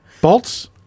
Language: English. Bolts